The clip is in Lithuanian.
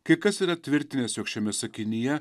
kai kas yra tvirtinęs jog šiame sakinyje